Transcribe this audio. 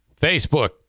Facebook